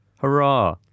Hurrah